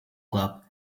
club